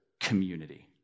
community